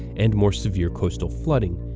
and more severe coastal flooding.